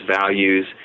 values